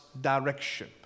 direction